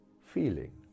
feeling